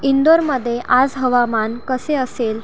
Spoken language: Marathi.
इंदोरमध्ये आज हवामान कसे असेल